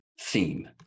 theme